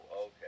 okay